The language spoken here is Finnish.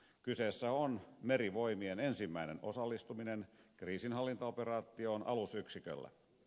kyseessä on merivoimien ensimmäinen osallistuminen kriisinhallintaoperaatioon alusyksiköllä